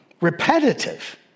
repetitive